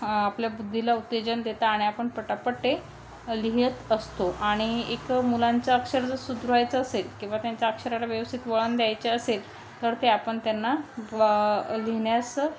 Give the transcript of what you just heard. आपल्या बुद्धीला उत्तेजन देतं आणि आपण पटापट ते लिहीत असतो आणि एक मुलांचं अक्षर जर सुधारायचं असेल किंवा त्यांच्या अक्षराला व्यवस्थित वळण द्यायचे असेल तर ते आपण त्यांना व लिहिण्यास